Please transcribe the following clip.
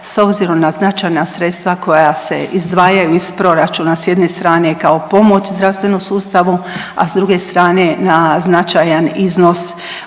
s obzirom na značajna sredstva koja se izdvajaju iz proračuna. S jedne strane, kao pomoć zdravstvenom sustavu, a s druge strane na značajan iznos